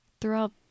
throughout